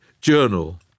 Journal